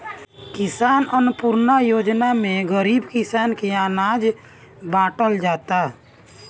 किसान अन्नपूर्णा योजना में गरीब किसान के अनाज बाटल जाता